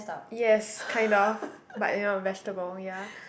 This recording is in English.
yes kind of but you know vegetable ya